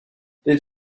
did